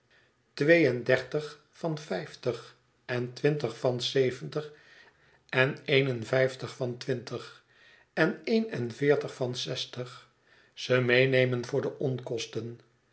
twee en dertig van vijftig en twintig van zeventig en een en vijftig van twintig en een en veertig van zestig ze meenemen voor onkosten